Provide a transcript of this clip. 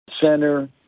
center